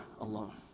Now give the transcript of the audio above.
alone